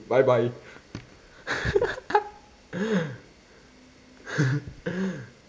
bye bye